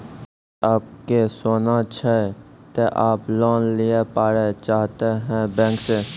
अगर आप के सोना छै ते आप लोन लिए पारे चाहते हैं बैंक से?